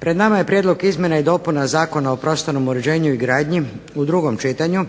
Pred nama je Prijedlog izmjena i dopuna Zakona o prostornom uređenju i gradnji u drugom čitanju